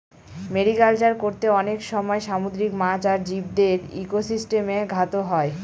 mariculture করতে অনেক সময় সামুদ্রিক মাছ আর জীবদের ইকোসিস্টেমে ঘাত হয়